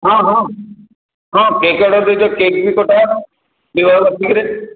ହଁ ହଁ ହଁ କେକ୍ ଅର୍ଡ଼ର୍ କରିଦିଅ କେକ୍ ବି କଟାହେବ ବିବାହବାର୍ଷିକୀରେ